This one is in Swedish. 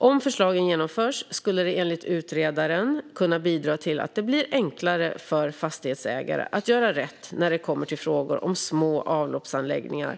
Om förslagen genomförs skulle det enligt utredaren kunna bidra till att det blir enklare för fastighetsägare att göra rätt när det kommer till frågor om små avloppsanläggningar.